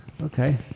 Okay